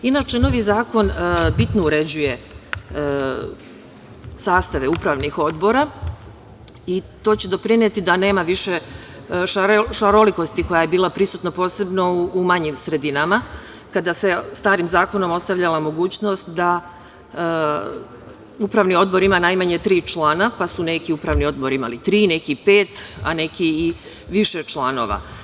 Inače, novi zakon bitno uređuje sastave upravnih odbora i to će doprineti da nema više šarolikosti koja je bila prisutna, posebno u manjim sredinama kada se starim zakonom ostavljala mogućnost da upravi odbor ima najmanje tri člana, pa su neki upravni odbori imali tri, neki pet, a neki i više članova.